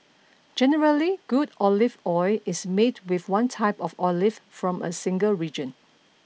generally good olive oil is made with one type of olive from a single region